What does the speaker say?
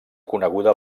coneguda